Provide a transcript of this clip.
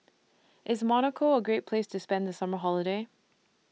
IS Monaco A Great Place to spend The Summer Holiday